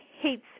hates